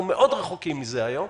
אנחנו מאוד רחוקים מזה היום.